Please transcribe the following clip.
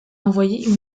envoyer